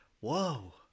Whoa